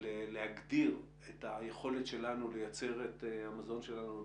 להגדיר את היכולת שלנו לייצר את המזון שלנו,